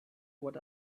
what